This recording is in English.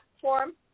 form